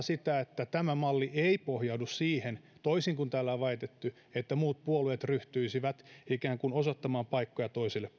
sitä että tämä malli ei pohjaudu siihen toisin kuin täällä on väitetty että muut puolueet ryhtyisivät ikään kuin osoittamaan paikkoja toisille